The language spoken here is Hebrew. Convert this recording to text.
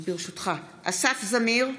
אסף זמיר,